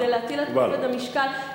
כדי להטיל את כובד המשקל,